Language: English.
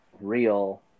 real